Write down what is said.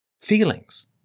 feelings